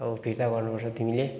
अब फिर्ता गर्नुपर्छ तिमीले